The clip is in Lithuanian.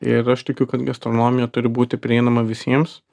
ir aš tikiu kad gastronomija turi būti prieinama visiems